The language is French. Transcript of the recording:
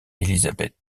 elizabeth